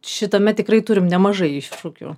šitame tikrai turim nemažai iššūkių